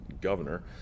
governor